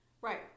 Right